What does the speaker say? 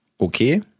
okay